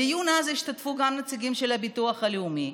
בדיון אז השתתפו גם נציגים של הביטוח הלאומי,